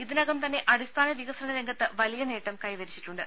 ഇതി നകം തന്നെ അടിസ്ഥാന വികസന രംഗത്ത് വലിയ നേട്ടം കൈവരിച്ചിട്ടുണ്ട്